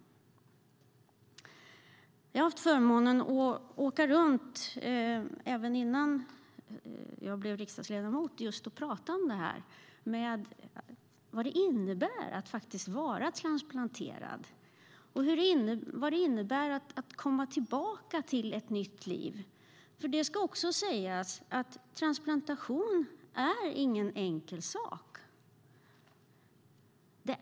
Jag har haft förmånen att åka runt - även innan jag blev riksdagsledamot - och prata om dessa frågor, vad det innebär att vara transplanterad, vad det innebär att komma tillbaka till ett nytt liv. Transplantation är ingen enkel sak.